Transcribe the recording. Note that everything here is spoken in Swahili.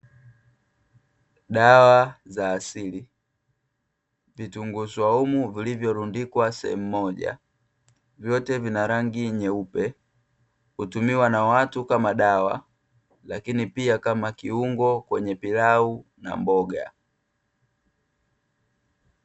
Dawa za asili, vitunguu swaumu vilivyorundikwa sehemu moja, vyote vina rangi nyeupe, Hutumiwa na watu kama dawa, lakini pia kama kiungo kwenye pilau na mboga.